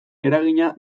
eragina